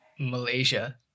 Malaysia